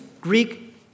Greek